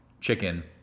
chicken